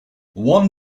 one